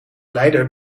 leider